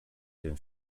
tym